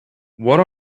what